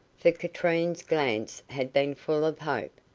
for katrine's glance had been full of hope.